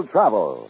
Travel